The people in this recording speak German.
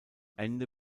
ende